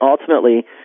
Ultimately